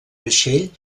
vaixell